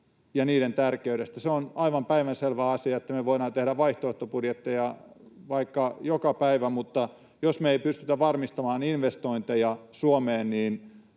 ja niiden tärkeydestä. Se on aivan päivänselvä asia, että me voidaan tehdä vaihtoehtobudjetteja vaikka joka päivä, mutta jos me ei pystytä varmistamaan investointeja Suomeen,